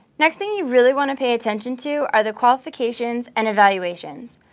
next thing you really want to pay attention to are the qualifications and evaluations,